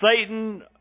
Satan